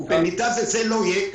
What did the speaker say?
במידה וזה לא יהיה,